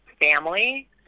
family